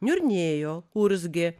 niurnėjo urzgė